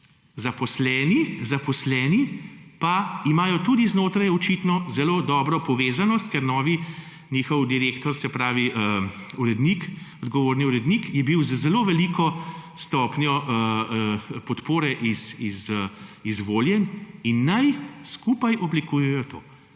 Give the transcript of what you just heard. zaposleni pa imajo tudi znotraj očitno zelo dobro povezanost, ker novi njihov direktor, se pravi urednik, odgovorni urednik je bil z zelo veliko stopnjo podpore izvoljen in naj skupaj oblikujejo to,